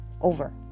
over